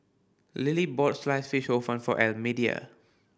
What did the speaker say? Lilie bought Sliced Fish Hor Fun for Almedia